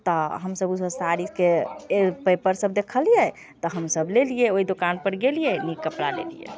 तऽ हमसब ओसब साड़ीके पेपरसब देखलिए तऽ हमसब लेलिए ओहि दोकानपर गेलिए नीक कपड़ा लेलिए